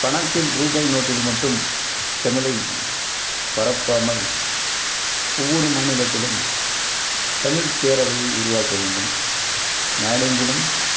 பணத்தின் ரூபாய் நோட்டில் மட்டும் தமிழை பரப்பாமல் ஒவ்வொரு மாநிலத்திலும் தமிழ் பேரவையை உருவாக்க வேண்டும் நாடெங்கிலும்